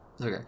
Okay